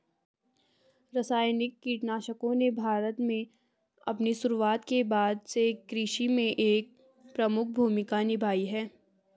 रासायनिक कीटनाशकों ने भारत में अपनी शुरूआत के बाद से कृषि में एक प्रमुख भूमिका निभाई है